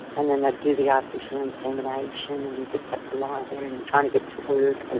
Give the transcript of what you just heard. and then they'd do the artificial insemination, and you'd just have to lie there, and you're trying to get to work. and